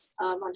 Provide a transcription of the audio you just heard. on